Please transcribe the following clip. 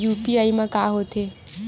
UPI मा का होथे?